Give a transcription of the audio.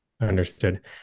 understood